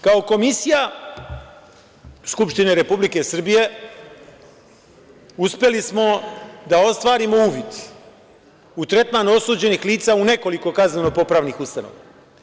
Kao Komisija Skupštine Republike Srbije uspeli smo da ostvarimo uvid u tretman osuđenih lica u nekoliko kazneno-popravnih ustanova.